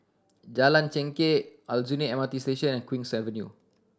Jalan Chengkek Aljunied M R T Station and Queen's Avenue